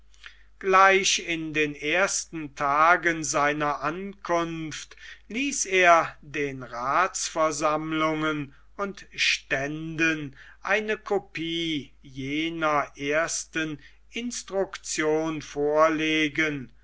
gleich in den ersten tagen seiner ankunft ließ er den rathsversammlungen und ständen eine copie jener ersten instruktion vorlegen